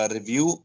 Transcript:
Review